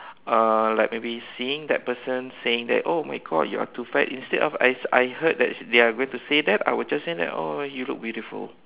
uh like maybe seeing that person saying that oh my God you are too fat instead of I I heard that they are going to say that I will just say that oh you look beautiful